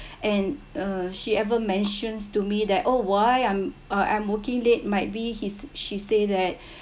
and uh she ever mentioned to me that oh why I'm uh I'm working late might be his she say that